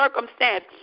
circumstance